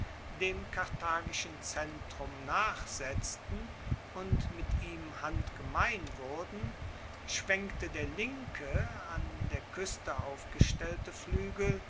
dem karthagischen zentrum nachsetzten und mit ihm handgemein wurden schwenkte der linke an der kueste aufgestellte fluegel